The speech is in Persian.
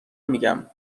میگم